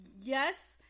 yes